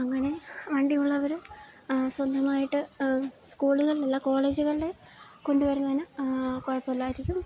അങ്ങനെ വണ്ടിയുള്ളവരും സ്വന്തമായിട്ട് സ്കൂളുകകളിൽ അല്ല കോളേജുകളിൽ കൊണ്ടുവരുന്നതിന് കുഴപ്പമില്ലായിരിക്കും